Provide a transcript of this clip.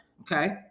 okay